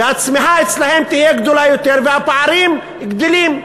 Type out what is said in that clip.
והצמיחה אצלם תהיה גדולה יותר, והפערים גדלים,